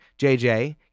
JJ